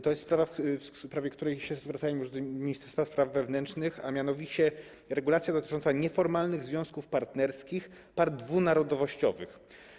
To jest regulacja, w sprawie której się zwracałem już do ministerstwa spraw wewnętrznych, a mianowicie regulacja dotycząca nieformalnych związków partnerskich par dwunarodowościowych.